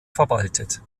verwaltet